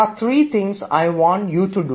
there are three things I want you to do